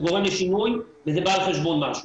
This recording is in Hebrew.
זה גורם לשינוי וזה בא על חשבון משהו.